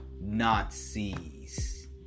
Nazis